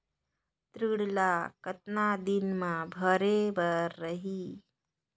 ऋण ला कतना दिन मा भरे बर रही?